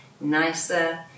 nicer